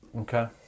Okay